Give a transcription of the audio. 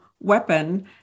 weapon